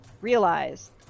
realize